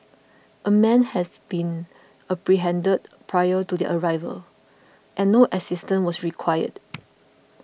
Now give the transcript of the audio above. a man has been apprehended prior to their arrival and no assistance was required